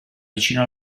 vicino